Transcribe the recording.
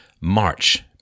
March